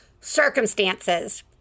circumstances